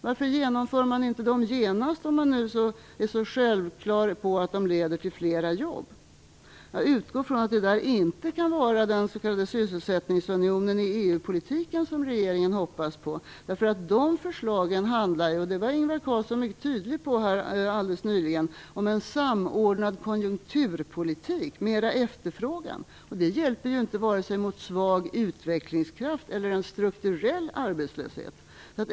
Varför genomförs de inte genast, om man nu ser det som så självklart att de leder till flera jobb? Jag utgår från att det inte kan vara den s.k. sysselsättningsunionen i EU-politiken som regeringen hoppas på - de förslagen handlar ju, som Ingvar Carlsson var mycket tydlig om här alldeles nyss, om en samordnad konjunkturpolitik och mera efterfrågan. Det hjälper ju inte vare sig mot svag utvecklingskraft eller en strukturell arbetslöshet.